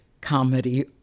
comedy